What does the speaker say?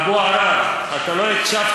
אבו עראר, אתה לא הקשבת.